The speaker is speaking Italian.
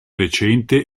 recente